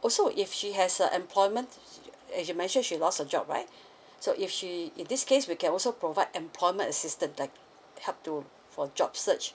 also if she has a employment as you mentioned she lost her job right so if she in this case we can also provide employment assistance like help to for job search